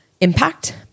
impact